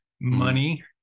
money